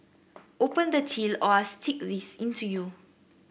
open the till or I'll stick this into you